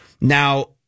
Now